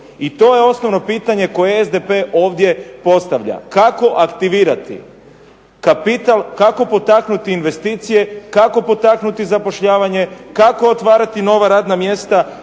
I to je osnovno pitanje koje SDP ovdje postavlja. Kako aktivirati kapital, kako potaknuti investicije, kako potaknuti zapošljavanje, kako otvarati nova radna mjesta.